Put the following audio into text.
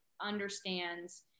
understands